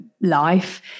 life